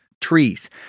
trees